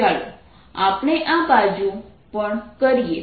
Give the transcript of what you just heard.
ચાલો આપણે આ બાજુ પણ કરીએ